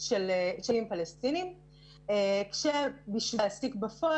של פלסטינים כשבשביל להעסיק בפועל